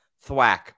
Thwack